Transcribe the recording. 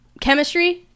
chemistry